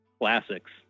classics